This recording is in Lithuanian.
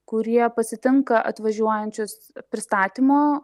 kurie pasitinka atvažiuojančius pristatymo